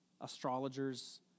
astrologers